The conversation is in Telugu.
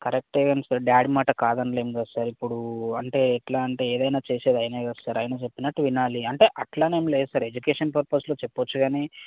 కరక్ట్ కానీ సార్ డాడీ మాట కాదనలేము కదా సార్ ఇప్పుడు అంటే ఎట్లా అంటే ఏదైన చేసేది ఆయన కదా సార్ ఆయన చెప్పినట్టు వినాలి అంటే అట్లనేమీ లేదు సార్ ఎడ్యుకేషన్ పర్పస్లో చెప్పచ్చు కానీ